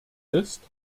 ist